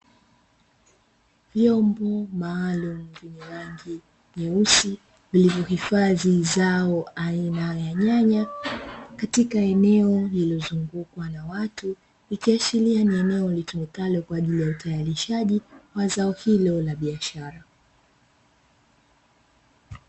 Vyombo maalumu vyenye rangi nyeusi, vilivyohifadhi zao aina ya nyanya, katika eneo lililozungukwa na watu, ikiashiria ni eneo litumikalo kwa ajili ya utayarishaji wa zao hilo la biashara.